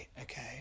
Okay